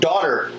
Daughter